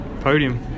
podium